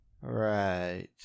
Right